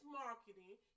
marketing